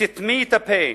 סתמי את הפה.